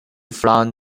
from